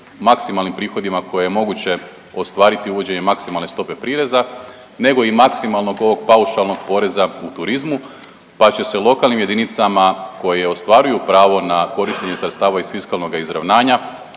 maksimalnim prihodima koje je moguće ostvariti uvođenjem maksimalne stope prireza nego i maksimalnog ovog paušalnog poreza u turizmu pa će se lokalnim jedinicama koje ostvaruju pravo na korištenje sredstava iz fiskalnoga izravnanja